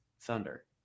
thunder